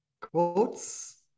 Quotes